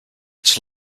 its